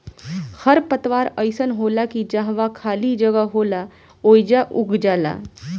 खर पतवार अइसन होला की जहवा खाली जगह होला ओइजा उग जाला